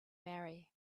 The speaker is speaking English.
marry